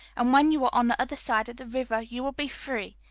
and when you are on the other side of the river you will be free.